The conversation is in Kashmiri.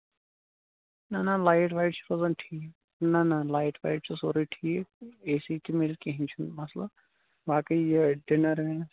نہ نہ لایِٹ وایٹ چھےٚ روزان ٹھیٖک نہ نہ لایِٹ وایِٹ چھُ سورُے ٹھیٖک اے سی تہِ میلہٕ کِہیٖنٛۍ چھُنہٕ مَسلہٕ باقٕے یہِ ڈِنر